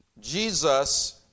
Jesus